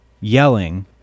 yelling